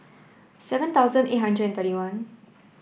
seven thousand eight hundred and thirty one